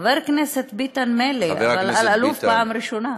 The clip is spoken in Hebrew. חבר הכנסת ביטן מילא, אבל אלאלוף, פעם ראשונה.